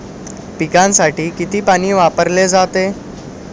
पिकांसाठी किती पाणी वापरले जाते?